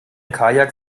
kajak